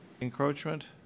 encroachment